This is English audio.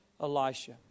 Elisha